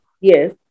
yes